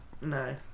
No